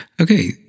okay